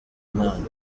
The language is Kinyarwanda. imana